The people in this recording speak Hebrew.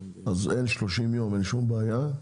אז אין 30 יום אין שום בעיה,